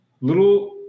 little